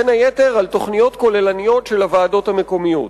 בין היתר על תוכניות כוללניות של הוועדות המקומיות.